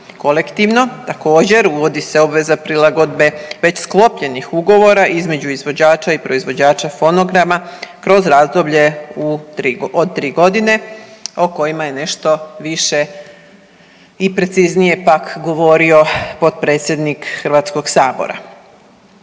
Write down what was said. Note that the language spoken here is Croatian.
kolektivno. Također uvodi se obveza prilagodbe već sklopljenih ugovora između izvođača i proizvođača fonograma kroz razdoblje od 3 godine o kojima je nešto više i preciznije pak govorio potpredsjednik Hrvatskoga sabora.